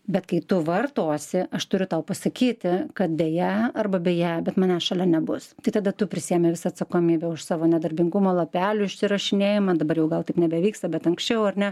bet kai tu vartosi aš turiu tau pasakyti kad deja arba beje bet manęs šalia nebus tai tada tu prisiėmi visą atsakomybę už savo nedarbingumo lapelių išsirašinėjimą dabar jau gal taip nebevyksta bet anksčiau ar ne